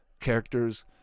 characters